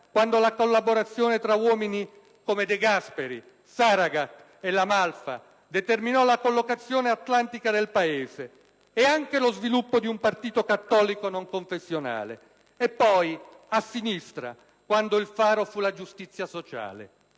quando la collaborazione tra uomini come De Gasperi, Saragat e La Malfa determinò la collocazione atlantica del Paese e anche lo sviluppo di un partito cattolico non confessionale, e poi, a sinistra, quando il faro fu la giustizia sociale.